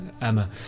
Emma